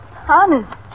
Honest